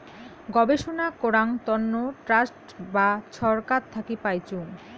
গবেষণা করাং তন্ন ট্রাস্ট বা ছরকার থাকি পাইচুঙ